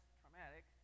traumatic